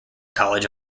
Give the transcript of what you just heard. college